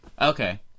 Okay